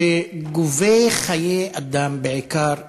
שגובה חיי אדם, בעיקר נשים.